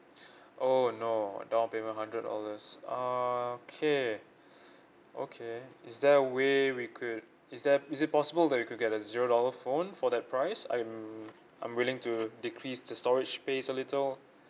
oh no down payment hundred dollars okay okay is there a way we could is there is it possible that we could get a zero dollar phone for that price I'm I'm willing to decrease the storage space a little